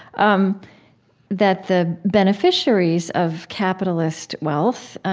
um that the beneficiaries of capitalist wealth,